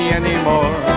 anymore